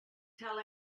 tell